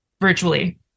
virtually